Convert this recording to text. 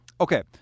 okay